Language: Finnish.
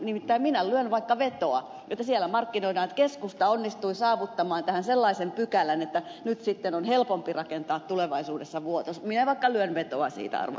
nimittäin minä lyön vaikka vetoa että siellä markkinoidaan tätä niin että keskusta onnistui saavuttamaan tähän sellaisen pykälän että nyt sitten on helpompi rakentaa tulevaisuudessa vuotos